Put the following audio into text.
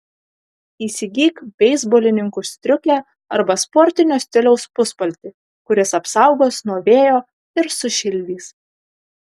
įsigyk beisbolininkų striukę arba sportinio stiliaus puspaltį kuris apsaugos nuo vėjo ir sušildys